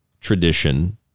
tradition